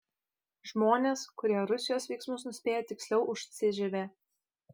žmonės kurie rusijos veiksmus nuspėja tiksliau už cžv